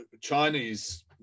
Chinese